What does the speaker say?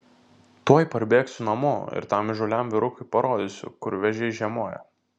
tuoj parbėgsiu namo ir tam įžūliam vyrukui parodysiu kur vėžiai žiemoja